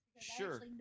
Sure